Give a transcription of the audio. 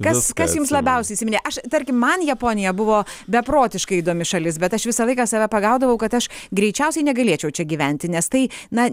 kas kas jums labiausiai įsiminė aš tarkim man japonija buvo beprotiškai įdomi šalis bet aš visą laiką save pagaudavau kad aš greičiausiai negalėčiau čia gyventi nes tai na